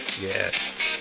Yes